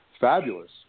fabulous